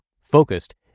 focused